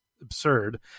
absurd